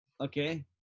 Okay